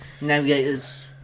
Navigators